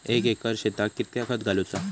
एक एकर शेताक कीतक्या खत घालूचा?